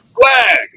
flag